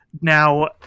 Now